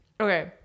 Okay